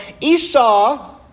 Esau